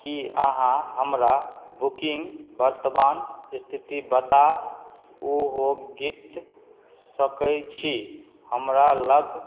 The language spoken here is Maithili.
कि अहाँ हमरा बुकिन्ग वर्तमान इस्थिति बता ओहोगित सकै छी हमरा लग